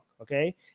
okay